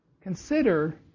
consider